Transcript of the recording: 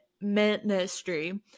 ministry